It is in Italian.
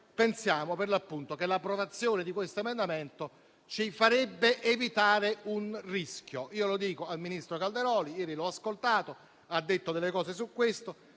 riteniamo che l'approvazione di questo emendamento ci farebbe evitare un tale rischio. Lo dico al ministro Calderoli: ieri l'ho ascoltata, ha detto delle cose su questo